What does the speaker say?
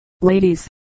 ladies